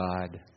God